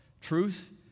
truth